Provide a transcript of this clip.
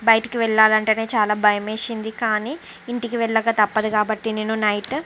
బయటికి వెళ్ళాలి అంటేనే చాలా భయమేసింది కానీ ఇంటికి వెళ్ళక తప్పదు కాబట్టి నేను నైట్